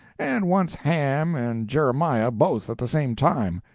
and once ham and jeremiah both at the same time.